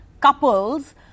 couples